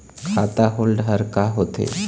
खाता holder का होथे?